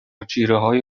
جیرههای